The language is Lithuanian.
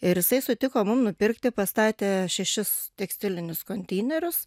ir jisai sutiko mum nupirkti pastatė šešis tekstilinius konteinerius